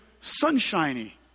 sunshiny